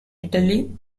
italy